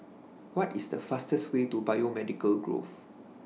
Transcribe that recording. What IS The fastest Way to Biomedical Grove